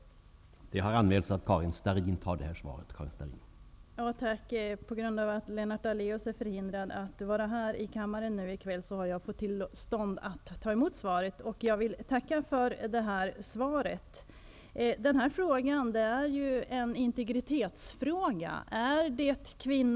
Då Lennart Daléus, som framställt frågan, anmält att han var förhindrad att närvara vid sammanträdet, medgav förste vice talmannen att